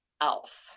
else